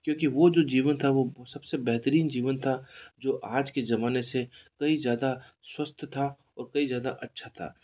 क्योंकि वह जो जीवन था वह सबसे बेहतरीन जीवन था जो आज के ज़माने से कई ज़्यादा स्वस्थ था और कहीं ज़्यादा अच्छा था